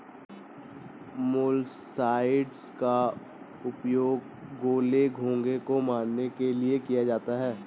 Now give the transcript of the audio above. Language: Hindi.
मोलस्कसाइड्स का उपयोग गोले, घोंघे को मारने के लिए किया जाता है